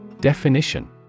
Definition